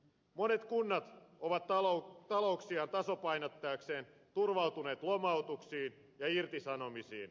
monet kunnat ovat talouksiaan tasapainottaakseen turvautuneet lomautuksiin ja irtisanomisiin